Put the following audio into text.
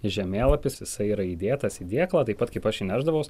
žemėlapis jisai yra įdėtas į dėklą taip pat kaip aš jį nešdavaus